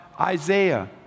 Isaiah